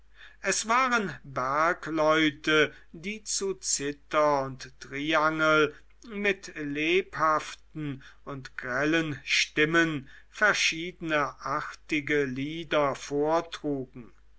es waren bergleute die zu zither und triangel mit lebhaften und grellen stimmen verschiedene artige lieder vortrugen